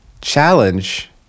challenge